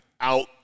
out